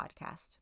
podcast